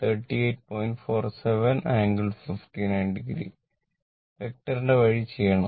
47 ∟ 590 വെക്റ്ററിന്റെ വഴി ചെയ്യണം